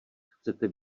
chcete